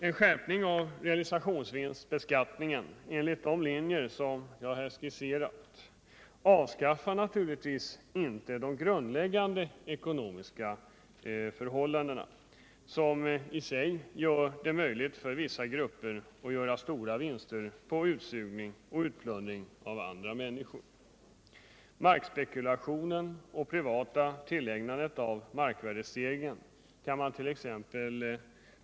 En skärpning av realisationsvinstbeskattningen enligt de linjer som jag här skisserat avskaffar naturligtvis inte de grundläggande ekonomiska förhållanden som gör det möjligt för vissa grupper att göra stora vinster på utsugning och utplundring av andra människor. Markspekulation och privat tillägnande av markvärdestegringen kan mant.ex.